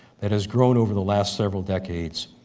that has grown over the last several decades,